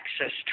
access